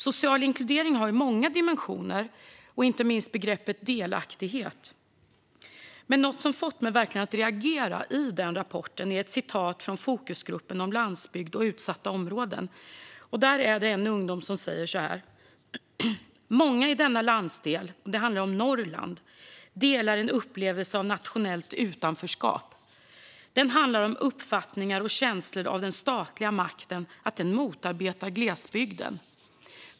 Social inkludering har många dimensioner, inte minst begreppet delaktighet. Något i rapporten som verkligen har fått mig att reagera är ett avsnitt från fokusgruppen om landsbygd och utsatta områden. En ung människa säger där: Många i denna landsdel - det handlar om Norrland - delar en upplevelse av nationellt utanförskap. Den handlar om uppfattningar om och känslor av att den statliga makten motarbetar glesbygden.